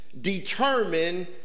determine